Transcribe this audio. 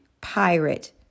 Pirate